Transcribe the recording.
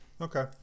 okay